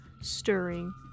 stirring